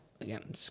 again